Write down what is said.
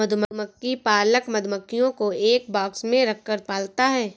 मधुमक्खी पालक मधुमक्खियों को एक बॉक्स में रखकर पालता है